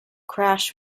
crash